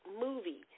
movie